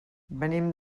venim